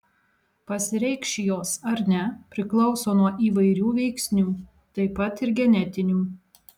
pasireikš jos ar ne priklauso nuo įvairių veiksnių taip pat ir genetinių